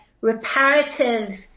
reparative